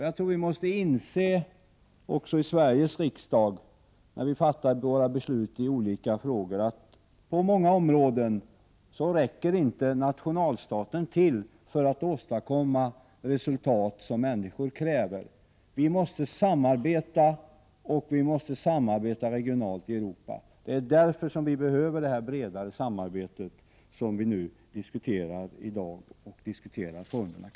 Jag tror att vi även i Sveriges riksdag, när vi fattar våra beslut i olika frågor, måste inse att på många områden räcker inte nationalstaten till för att åstadkomma resultat som människor kräver. Vi måste samarbeta regionalt i Europa. Det är därför som vi behöver det bredare samarbete som vi i dag diskuterar, bl.a. när det gäller formerna.